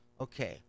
Okay